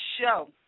show